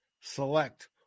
select